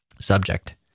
subject